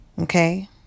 Okay